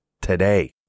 today